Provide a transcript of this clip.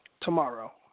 tomorrow